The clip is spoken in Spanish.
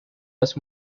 las